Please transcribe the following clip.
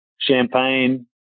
champagne